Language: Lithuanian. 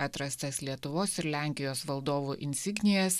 atrastas lietuvos ir lenkijos valdovų insignijas